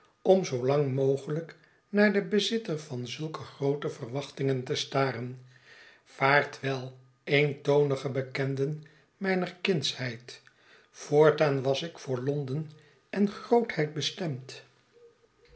om zoo lang mogelijk naar den bezitter van zulke groote verwachtingen te staren vaartwel eentonige bekenden mijner kindsheid voortaan was ik voor londen en grootheid bestemd